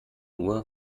uhr